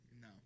No